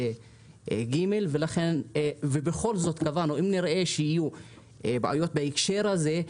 ג' ובכל זאת קבענו שאם נראה שיהיו בעיות בהקשר הזה,